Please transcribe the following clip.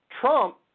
Trump